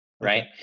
right